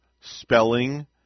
spelling